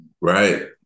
Right